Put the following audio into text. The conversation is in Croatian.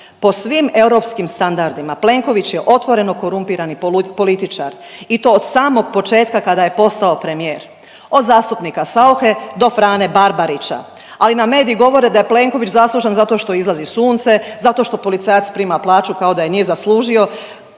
Po svim europskim standardima Plenković je otvoreno korumpirani političar i to od samog početka kada je postao premijer od zastupnika Sauhe do Frane Barbarića, ali nam mediji govore da je Plenković zaslužan zato što izlazi sunce, zato što policajac prima plaću kao da je nije zaslužio